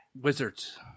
Wizards